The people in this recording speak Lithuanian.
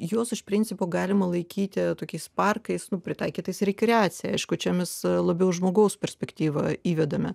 juos iš principo galima laikyti tokiais parkais pritaikytais rekreacijai labiau žmogaus perspektyvą įvedame